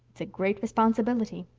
it's a great responsibility,